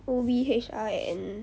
O_B_H_R and